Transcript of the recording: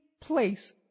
place